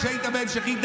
כשהיית בהמשכי,